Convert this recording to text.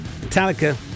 Metallica